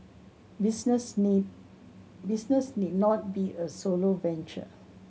business need business need not be a solo venture